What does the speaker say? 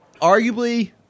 arguably